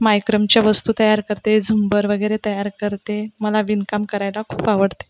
मायक्रमच्या वस्तू तयार करते झुंबर वगैरे तयार करते मला विणकाम करायला खूप आवडते